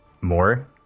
more